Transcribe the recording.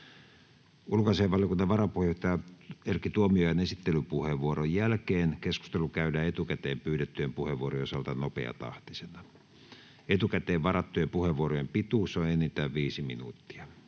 Ulkoasiainvaliokunnan varapuheenjohtaja Erkki Tuomiojan esittelypuheenvuoron jälkeen keskustelu käydään etukäteen pyydettyjen puheenvuorojen osalta nopeatahtisena. Etukäteen varattujen puheenvuorojen pituus on enintään 5 minuuttia.